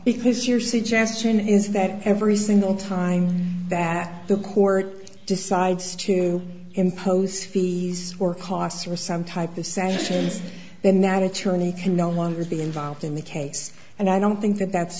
because your suggestion is that every single time that the court decides to impose fees or costs or some type of sanctions then that attorney can no longer be involved in the case and i don't think that that's